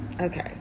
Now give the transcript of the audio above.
okay